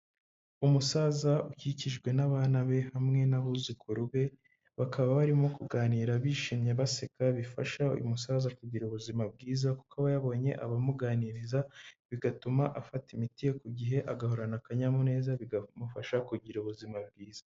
Umusaza ukikijwe n'abana be hamwe n'abuzukuru be, bakaba barimo kuganira bishimye baseka bifasha uyu musaza kugira ubuzima bwiza, kuko aba yabonye abamuganiriza bigatuma afata imiti ku gihe, agahorana akanyamuneza bikamufasha kugira ubuzima bwiza.